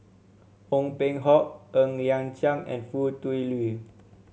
Ong Peng Hock Ng Liang Chiang and Foo Tui Liew